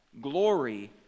glory